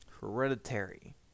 Hereditary